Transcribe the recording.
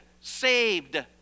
saved